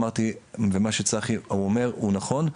מה שצחי אומר הוא נכון,